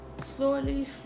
Slowly